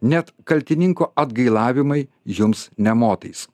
net kaltininko atgailavimai jums ne motais